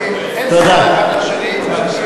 סתם מסתובבים, אין, אחד לשני, תודה.